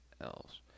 else